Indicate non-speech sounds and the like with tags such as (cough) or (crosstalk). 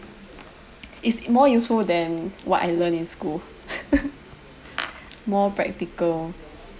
it's more useful than what I learned in school (laughs) more practical